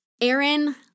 Aaron